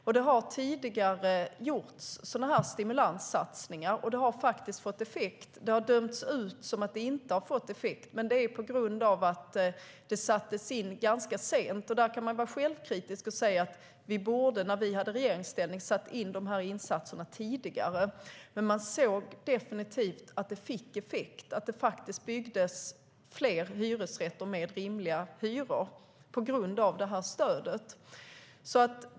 Det har tidigare gjorts stimulanssatsningar, och det har faktiskt fått effekt. Det har dömts ut som att det inte har fått effekt, men det är på grund av att det sattes in ganska sent. Där kan man vara självkritisk och säga att vi när vi var i regeringsställning borde ha satt in insatserna tidigare, men man såg definitivt att det fick effekt. Det byggdes fler hyresrätter med rimliga hyror på grund av stödet.